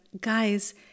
guys